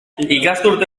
ikasturte